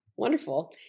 Wonderful